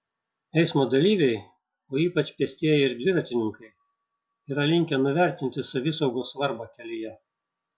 eismo dalyviai o ypač pėstieji ir dviratininkai yra linkę nuvertinti savisaugos svarbą kelyje